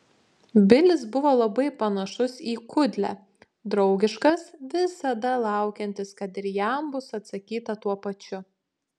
bilis buvo labai panašus į kudlę draugiškas visada laukiantis kad ir jam bus atsakyta tuo pačiu